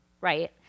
right